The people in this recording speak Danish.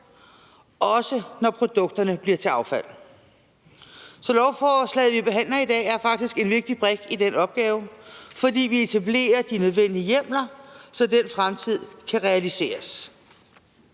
også når produkterne bliver til affald. Så lovforslaget, vi behandler i dag, er faktisk en vigtig brik i den opgave, fordi vi etablerer de nødvendige hjemler, så den fremtid kan realiseres.